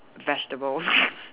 vegetables